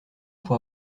pour